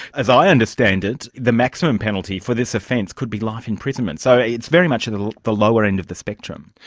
as i understand it, the maximum penalty for this offence could be life imprisonment, so it's very much at the the lower end of the spectrum.